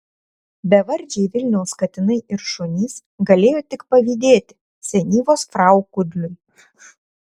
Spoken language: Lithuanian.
bevardžiai vilniaus katinai ir šunys galėjo tik pavydėti senyvos frau kudliui